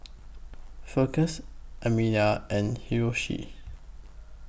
Festus Amelia and Hiroshi